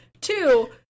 Two